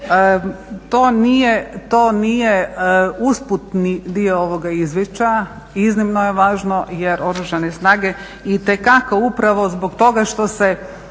to nije usputni dio ovoga izvješća. Iznimno je važno jer Oružane snage itekako upravo zbog toga što se